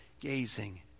gazing